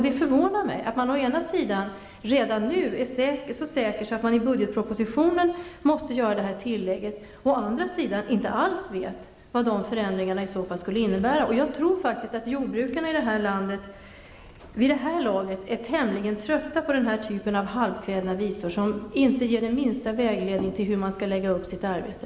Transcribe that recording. Det förvånar mig att man å ena sidan redan nu är så säker att man i budgetpropositionen måste göra detta tillägg och å andra sidan inte alls vet vad de förändringarna kommer att innebära. Jag tror att jordbrukarna i Sverige vid det här laget är tämligen trötta på dessa halvkvädna visor, som inte ger minsta vägledning för hur de skall lägga upp sitt arbete.